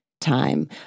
time